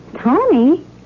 Tony